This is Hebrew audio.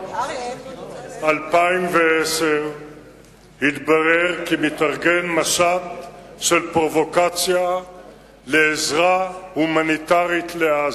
בפברואר 2010 התברר כי מתארגן משט של פרובוקציה לעזרה הומניטרית לעזה.